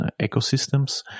ecosystems